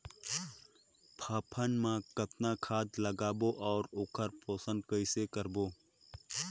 फाफण मा कतना खाद लगाबो अउ ओकर पोषण कइसे करबो?